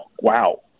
wow